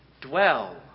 dwell